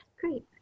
Great